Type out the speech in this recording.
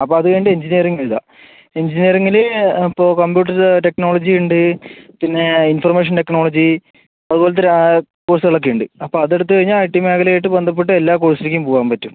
അപ്പം അത് കഴിഞ്ഞിട്ട് എഞ്ചിനീയറിംഗ് എഴുതുക എഞ്ചിനീയറിംഗിൽ ഇപ്പോൾ കമ്പ്യൂട്ടർ ടെക്നോളജി ഉണ്ട് പിന്നെ ഇൻഫർമേഷൻ ടെക്നോളജി അതുപോലത്തെ കോഴ്സുകൾ ഒക്കെ ഉണ്ട് അപ്പം അത് എടുത്ത് കഴിഞ്ഞാൽ ഐ ടി മേഖല ആയിട്ട് ബന്ധപ്പെട്ട എല്ലാ കോഴ്സിലേക്കും പോവാൻ പറ്റും